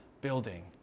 building